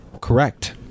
correct